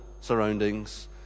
surroundings